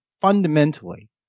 fundamentally